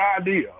idea